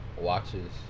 watches